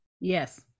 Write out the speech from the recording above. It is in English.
Yes